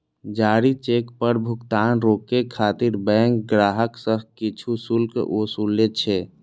जारी चेक पर भुगतान रोकै खातिर बैंक ग्राहक सं किछु शुल्क ओसूलै छै